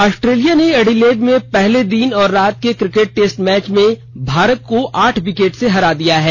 Australia ने Adelaide में पहले दिन और रात के क्रिकेट टेस्ट मैच में भारत को आठ विकेट से हरा दिया है